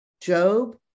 Job